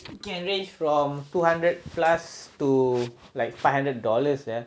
it can range from two hundred plus to like five hundred dollars sia